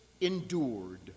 endured